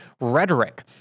rhetoric